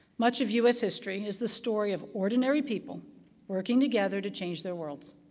much of u s. history is the story of ordinary people working together to change their worlds,